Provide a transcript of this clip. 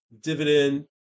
dividend